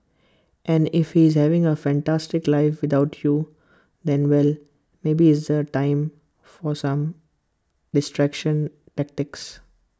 and if he's having A fantastic life without you then well maybe it's A time for some distraction tactics